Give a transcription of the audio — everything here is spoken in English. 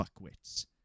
fuckwits